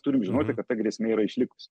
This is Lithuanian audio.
turim žinoti kad ta grėsmė yra išlikusi